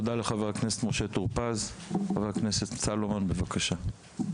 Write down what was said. חבר הכנסת סלומון, בבקשה.